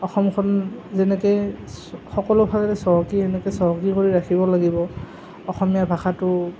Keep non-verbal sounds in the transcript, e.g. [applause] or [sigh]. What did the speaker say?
অসমখন যেনেকৈ [unintelligible] সকলোফালে চহকী সেনেকৈ চহকী কৰি ৰাখিব লাগিব অসমীয়া ভাষাটো